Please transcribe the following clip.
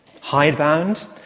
hidebound